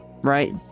right